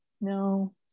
No